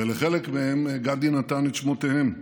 ולחלק מהם גנדי נתן את שמותיהם: